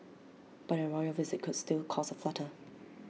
but A royal visit could still cause A flutter